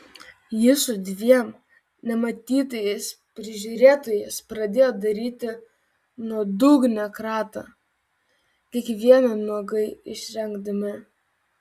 jis su dviem nematytais prižiūrėtojais pradėjo daryti nuodugnią kratą kiekvieną nuogai išrengdami